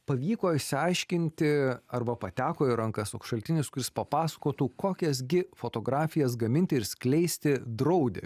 pavyko išsiaiškinti arba pateko į rankas šaltinis kuris papasakotų kokias gi fotografijas gaminti ir skleisti draudė